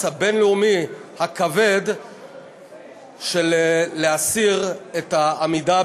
הבין-לאומי הכבד להסיר את העמידה הביטחונית,